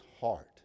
heart